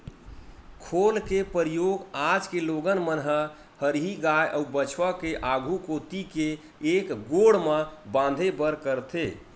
खोल के परियोग आज के लोगन मन ह हरही गाय अउ बछवा के आघू कोती के एक गोड़ म बांधे बर करथे